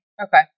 Okay